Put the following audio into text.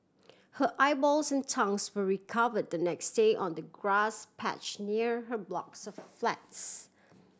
her eyeballs and tongues were recover the next day on the grass patch near her blocks of flats